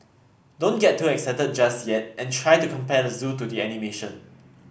don't get too excited just yet and try to compare the zoo to the animation